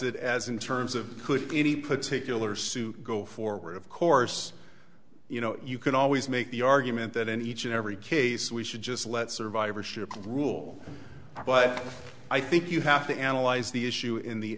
it as in terms of could any particular suit go forward of course you know you can always make the argument that in each and every case we should just let survivorship rule but i think you have to analyze the issue in the